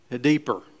deeper